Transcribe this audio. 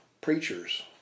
preachers